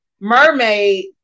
Mermaid